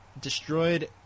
destroyed